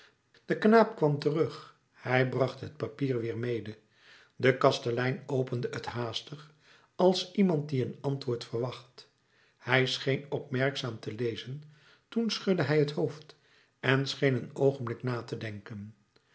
de knaap kwam terug hij bracht het papier weer mede de kastelein opende het haastig als iemand die een antwoord verwacht hij scheen opmerkzaam te lezen toen schudde hij het hoofd en scheen een oogenblik na te denken